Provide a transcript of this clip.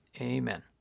amen